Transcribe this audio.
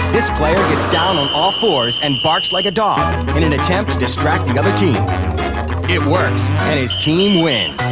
this player gets down on all fours and barks like a dog in an attempt to distract the other team it works and his team wins